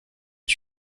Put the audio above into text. est